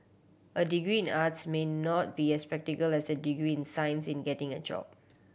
a degree in arts may not be as practical as a degree in science in getting a job